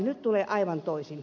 nyt tulee aivan toisin